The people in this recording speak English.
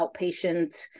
outpatient